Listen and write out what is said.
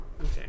Okay